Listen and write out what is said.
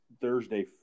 Thursday